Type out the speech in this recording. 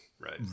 Right